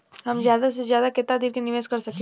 हम ज्यदा से ज्यदा केतना दिन के निवेश कर सकिला?